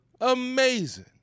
amazing